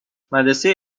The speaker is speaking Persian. مدرسه